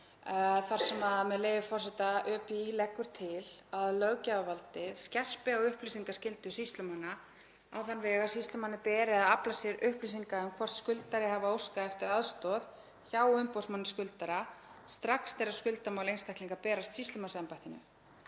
þar sem, með leyfi forseta: „ÖBÍ leggur til að löggjafarvaldið skerpi á upplýsingarskyldu sýslumanna á þann veg að sýslumanni beri að afla sér upplýsinga um hvort skuldari hafi óskað eftir aðstoð hjá umboðsmanni skuldara strax þegar skuldamál einstaklings berst sýslumannsembættinu.